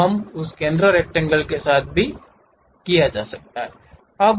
तो हम उस केंद्र रक्टैंगल के साथ भी किया जाता है